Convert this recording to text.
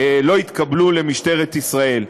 לא יתקבלו למשטרת ישראל.